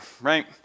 right